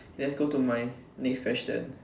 let's go to my next question